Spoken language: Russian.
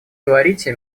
говорите